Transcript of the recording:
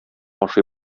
ашый